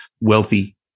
wealthy